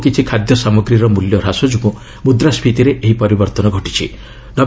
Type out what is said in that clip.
ଇକ୍ଷନ ଓ କିଛି ଖାଦ୍ୟ ସାମଗ୍ରୀର ମୂଲ୍ୟ ହ୍ରାସ ଯୋଗୁଁ ମୁଦ୍ରାଷ୍ଟୀତିରେ ଏହି ପରିବର୍ଭନ ଘଟିଛି